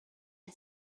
had